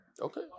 Okay